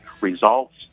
results